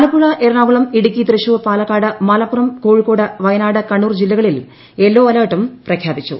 ആലപ്പുഴ എറണാകുളം ഇടുക്കി തൃശ്ശൂർ പാലക്കാട് മലപ്പുറം കോഴിക്കോട് വയനാട് കണ്ണൂർ ജില്ലകളിൽ യെല്ലോ അലർട്ടും പ്രഖ്യാപിച്ചു